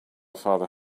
father